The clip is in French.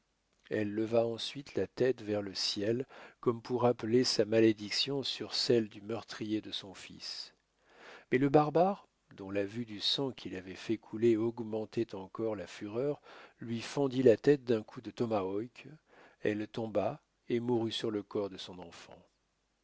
elle leva ensuite la tête vers le ciel comme pour appeler sa malédiction sur celle du meurtrier de son fils mais le barbare dont la vue du sang qu'il avait fait couler augmentait encore la fureur lui fendit la tête d'un coup de tomahawk elle tomba et mourut sur le corps de son enfant